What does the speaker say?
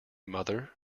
mother